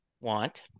want